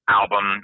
album